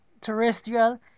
terrestrial